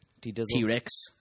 T-Rex